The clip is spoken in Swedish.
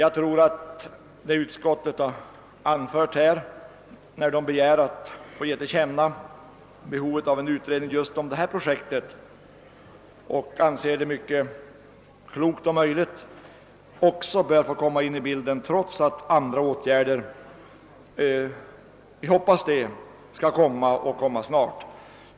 Jag tror att utskottets begäran om en utredning beträffande detta projekt och framhållandet av att det är klokt och möjligt också bör få komma med i bilden, även om andra åtgärder som vi hoppas snart skall vidtas.